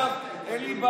דרך אגב, אין לי בעיה.